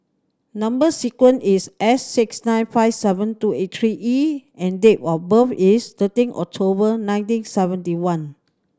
number sequence is S six nine five seven two eight three E and date of birth is thirteen October nineteen seventy one